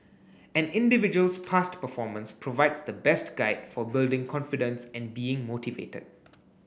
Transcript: an individual's past performance provides the best guide for building confidence and being motivated